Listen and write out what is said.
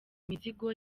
imizigo